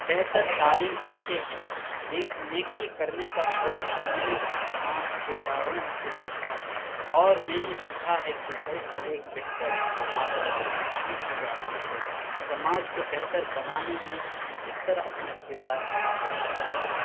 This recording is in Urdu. بہتر تعلیم سیکھے ہیں نیکی کرنے کا شوق میں نے ان تمام کرداروں سے سیکھا ہے اور میں نے سیکھا ہے کہ کیسے ایک بہتر معاشرہ کی تشکیل کی جاتی ہے سماج کو بہتر بنانے میں ہم کس طرح اپنا کردار ادا کر سکتے ہیں